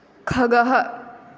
खगः